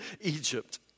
Egypt